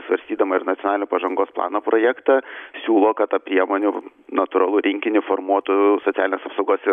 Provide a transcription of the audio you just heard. svarstydama ir pasaulio pažangos plano projektą siūlo kad tą priemonių natūralu rinkinį formuotų socialinės apsaugos ir